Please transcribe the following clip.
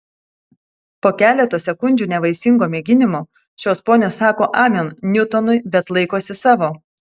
po keleto sekundžių nevaisingo mėginimo šios ponios sako amen niutonui bet laikosi savo